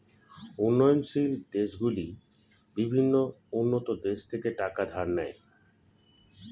উন্নয়নশীল দেশগুলি বিভিন্ন উন্নত দেশ থেকে টাকা ধার নেয়